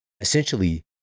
Essentially